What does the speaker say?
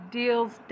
deals